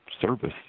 service